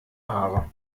haare